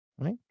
Right